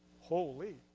Holy